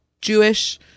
Jewish